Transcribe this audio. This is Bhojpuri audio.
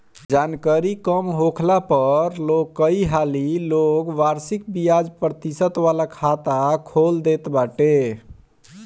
जानकरी कम होखला पअ लोग कई हाली लोग वार्षिक बियाज प्रतिशत वाला खाता खोल देत बाटे